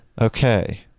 Okay